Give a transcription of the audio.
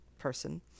person